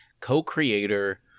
co-creator